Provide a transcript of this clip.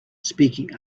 speaking